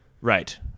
Right